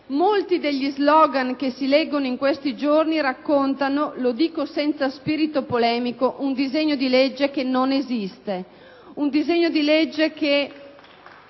Molti degli slogan che si leggono in questi giorni raccontano, lo dico senza spirito polemico, un disegno di legge che non esiste *(Applausi dal Gruppo